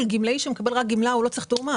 גמלאי שמקבל רק גמלה, הוא לא צריך תיאום מס.